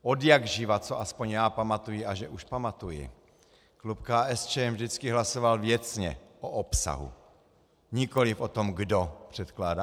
Odjakživa, co aspoň já pamatuji, a že už pamatuji, klub KSČM vždycky hlasoval věcně, o obsahu, nikoli o tom, kdo předkládá.